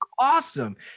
Awesome